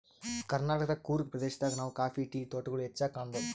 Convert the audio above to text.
ಕರ್ನಾಟಕದ್ ಕೂರ್ಗ್ ಪ್ರದೇಶದಾಗ್ ನಾವ್ ಕಾಫಿ ಟೀ ತೋಟಗೊಳ್ ಹೆಚ್ಚಾಗ್ ಕಾಣಬಹುದ್